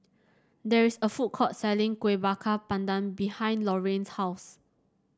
there is a food court selling Kuih Bakar Pandan behind Lorayne's house